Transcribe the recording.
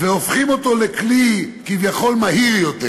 והופכים אותו לכלי כביכול מהיר יותר,